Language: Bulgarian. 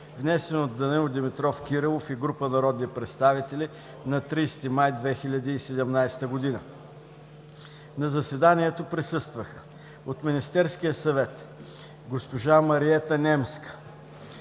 внесен от Данаил Димитров Кирилов и група народни представители на 30 май 2017 г. На заседанието присъстваха: от Министерския съвет – госпожа Мариета Немска